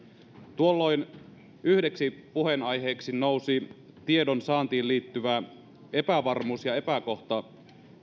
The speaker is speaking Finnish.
tuolloin yhdeksi puheenaiheeksi nousi tiedonsaantiin liittyvä epävarmuus ja epäkohta